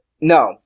no